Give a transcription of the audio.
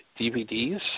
DVDs